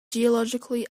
geologically